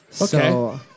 Okay